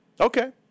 Okay